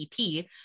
ep